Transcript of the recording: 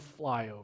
flyover